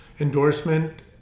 endorsement